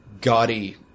gaudy